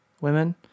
Women